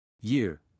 Year